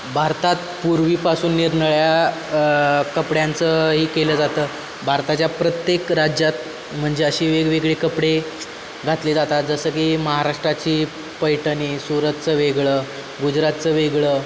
भारतात पूर्वीपासून निरनिराळ्या कपड्यांचं ही केलं जातं भारताच्या प्रत्येक राज्यात म्हणजे अशी वेगवेगळे कपडे घातले जातात जसं की महाराष्ट्राची पैठणी सुरतचं वेगळं गुजरातचं वेगळं